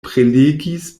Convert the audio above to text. prelegis